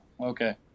okay